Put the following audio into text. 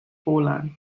poland